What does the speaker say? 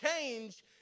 change